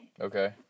okay